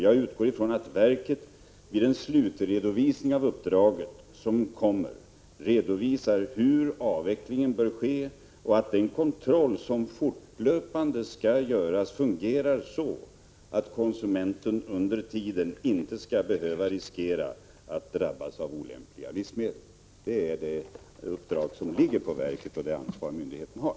Jag utgår från att verket vid den slutredovisning av uppdraget som kommer föreslår hur avvecklingen bör ske. Jag utgår också från att den kontroll som fortlöpande skall göras fungerar så, att konsumenten under tiden inte skall behöva riskera att drabbas av olämpliga livsmedel. Det är detta uppdrag och det ansvar som verket har.